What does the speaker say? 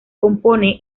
compone